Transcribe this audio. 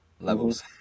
levels